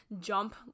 jump